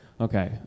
Okay